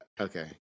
Okay